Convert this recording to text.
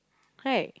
right